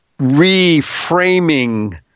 reframing